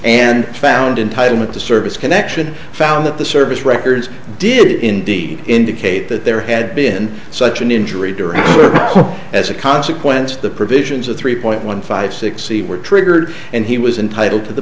and found in title of the service connection found that the service records did indeed indicate that there had been such an injury during as a consequence of the provisions of three point one five six c were triggered and he was entitled to the